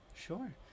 sure